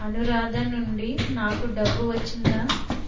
అనురాధ నుండి నాకు డబ్బు వచ్చిందా